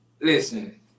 Listen